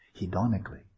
hedonically